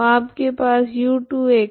तो आपके पास है